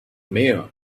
mayor